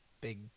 big